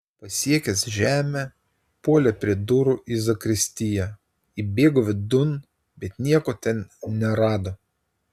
pasiekęs žemę puolė prie durų į zakristiją įbėgo vidun bet nieko ten nerado